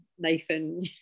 Nathan